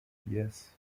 yes